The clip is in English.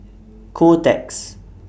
Kotex